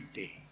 day